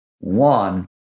One